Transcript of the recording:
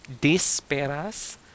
Desperas